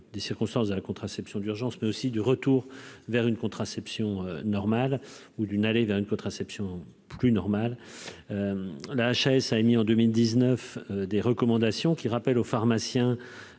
des circonstances de la contraception d'urgence, mais aussi du retour vers une contraception normal ou d'une aller vers une contraception plus normal, la HAS a émis en 2019 des recommandations qui rappelle aux pharmaciens,